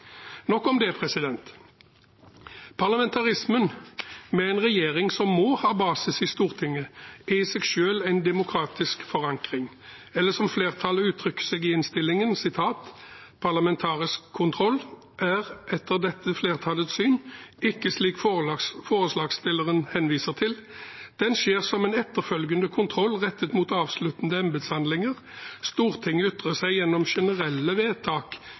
Nok om det. Parlamentarismen, med en regjering som må ha basis i Stortinget, er i seg selv en demokratisk forankring. Eller som flertallet uttrykker seg i innstillingen: «Parlamentarisk kontroll er, etter dette flertallets syn, ikke slik forslagsstilleren henviser til. Den skjer som en etterfølgende kontroll rettet mot avsluttede embetshandlinger. Stortinget ytrer seg gjennom generelle vedtak